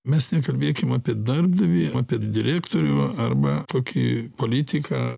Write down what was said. mes nekalbėkim apie darbdavį apie direktorių arba kokį politiką